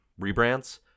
rebrands